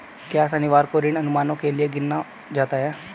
क्या शनिवार को ऋण अनुमानों के लिए गिना जाता है?